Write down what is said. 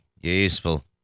Useful